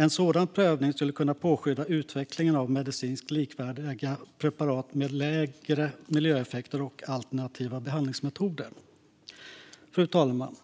En sådan prövning skulle kunna påskynda utvecklingen av medicinskt likvärdiga preparat med lägre miljöeffekter och alternativa behandlingsmetoder. Fru talman!